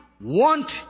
want